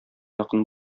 якын